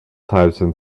thousand